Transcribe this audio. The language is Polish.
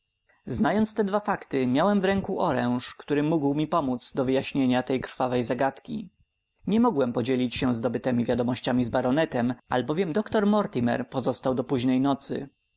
znając te dwa fakty miałem w ręku oręż który mógł mi pomódz do wyjaśnienia tej krwawej zagadki nie mogłem podzielić się zdobytemi wiadomościami z baronetem albowiem doktor mortimer pozostał do późnej nocy